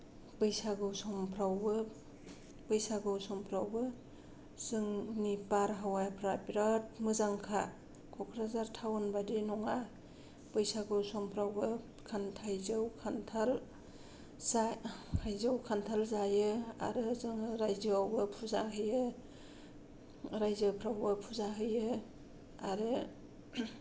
बैसागु समफ्रावबो बैसागु समफ्रावबो जोंनि बारहावाफ्रा बिराद मोजांखा क'क्राझार टाउन बादि नङा बैसागु समफ्रावबो थाइजौ खान्थाल जा थाइजौ खान्थाल जायो आरो जोङो राइजोआवबो फुजा होयो राइजोफ्रावबो फुजा होयो आरो